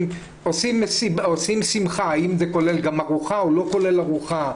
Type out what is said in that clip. כשעושים אירוע שמחה האם זה כולל גם ארוחה או לא כולל ארוחה?